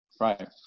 right